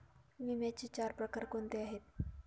विम्याचे चार प्रकार कोणते आहेत?